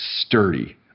sturdy